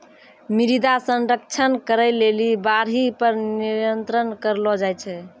मृदा संरक्षण करै लेली बाढ़ि पर नियंत्रण करलो जाय छै